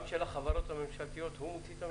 הוא מוציא את המכרזים גם של החברות הממשלתיות?